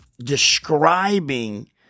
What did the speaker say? describing